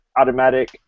automatic